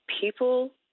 People